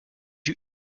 you